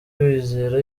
wizera